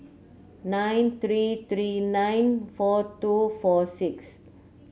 nine three three nine four two four six